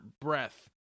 breath